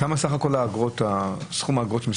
כמה בסך הכול סכום האגרות?